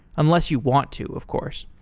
unless you want to, of course.